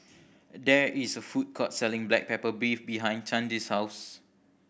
there is a food court selling black pepper beef behind Candi's house